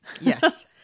Yes